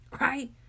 right